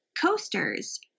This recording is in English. coasters